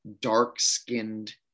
dark-skinned